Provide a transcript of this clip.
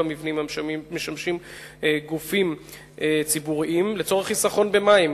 המבנים המשמשים גופים ציבוריים לצורך חיסכון במים.